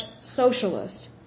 socialist